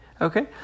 Okay